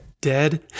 dead